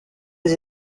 des